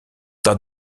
t’as